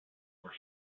were